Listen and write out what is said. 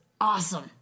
awesome